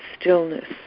stillness